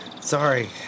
Sorry